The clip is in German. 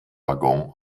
waggon